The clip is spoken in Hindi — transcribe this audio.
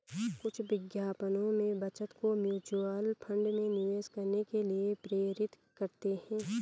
कुछ विज्ञापनों में बचत को म्यूचुअल फंड में निवेश करने के लिए प्रेरित करते हैं